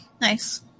Nice